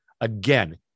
again